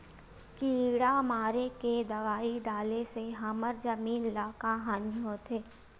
किड़ा मारे के दवाई डाले से हमर जमीन ल का हानि होथे?